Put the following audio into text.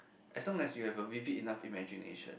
as long as you have a vivid enough imagination